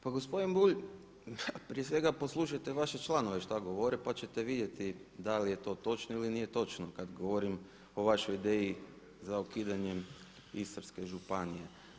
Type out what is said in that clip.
Pa gospodin Bulj, prije svega poslušajte vaše članove što govore pa ćete vidjeti da li je to točno ili nije točno kada govorim o vašoj ideji za ukidanjem Istarske županije.